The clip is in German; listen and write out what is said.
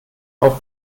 auch